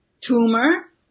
tumor